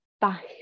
back